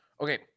Okay